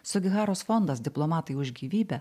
sugiharos fondas diplomatai už gyvybę